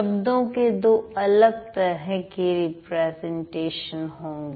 शब्दों के दो अलग तरह के रिप्रेजेंटेशन होंगे